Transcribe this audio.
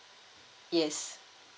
yes